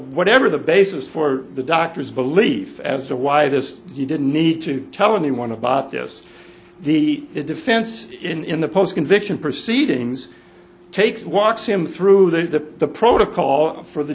whatever the basis for the doctor's belief as to why this he didn't need to tell anyone about this the defense in the post conviction proceedings takes walks him through the the protocol for the